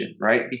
right